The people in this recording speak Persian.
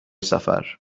سفر